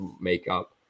makeup